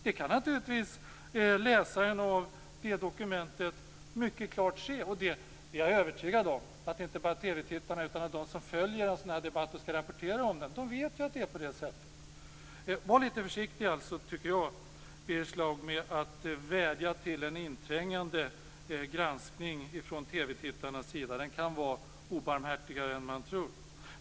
Det kan naturligtvis läsaren av det dokumentet mycket klart se. Jag är övertygad om att inte bara TV-tittarna utan även de som följer en sådan här debatt och skall rapportera om den vet att det är på det sättet. Var lite försiktig, Birger Schlaug, med att vädja om en inträngande granskning från TV-tittarnas sida. Det tycker jag. Den kan vara obarmhärtigare än man tror.